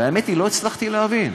והאמת היא שלא הצלחתי להבין.